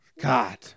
God